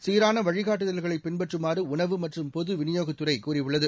சீரான வழிகாட்டுதல்களை பின்பற்றுமாறு உணவு மற்றும் பொதுவிநியோகத் துறை கூறியுள்ளது